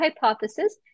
hypothesis